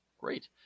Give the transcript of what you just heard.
Great